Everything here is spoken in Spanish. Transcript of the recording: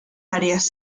áreas